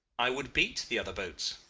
i would beat the other boats.